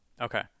Okay